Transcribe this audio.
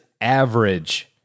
average